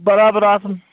بَرابر آسن